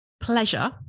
pleasure